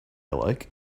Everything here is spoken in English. like